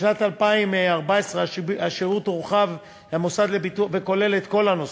בשנת 2014 השירות הורחב והוא כולל את כל הנושאים,